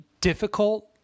difficult